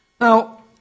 Now